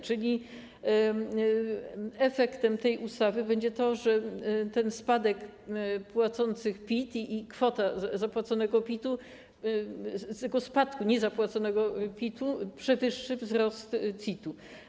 Czyli efektem tej ustawy będzie to, że ten spadek płacących PIT i kwota zapłaconego PIT-u... tego spadku, niezapłaconego PIT-u, przewyższy wzrost CIT-u.